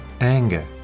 anger